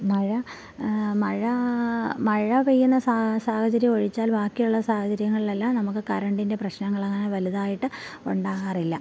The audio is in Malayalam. മഴ മഴ മഴ പെയ്യുന്ന സാഹചര്യം ഒഴിച്ചാൽ ബാക്കിയുള്ള സാഹചര്യങ്ങളിൽ എല്ലാം നമുക്ക് കരണ്ടിൻ്റെ പ്രശ്നങ്ങൾ അങ്ങനെ വലുതായിട്ട് ഉണ്ടാവാറില്ല